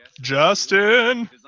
Justin